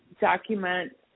document